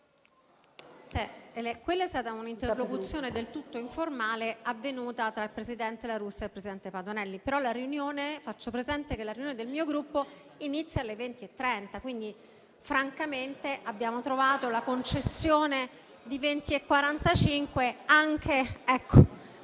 Quella è stata un'interlocuzione del tutto informale, avvenuta tra il presidente La Russa e il presidente Patuanelli, però faccio presente che la riunione del mio Gruppo inizia alle ore 20,30, quindi, francamente, abbiamo trovato la concessione delle ore 20,45